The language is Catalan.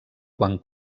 quan